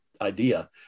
idea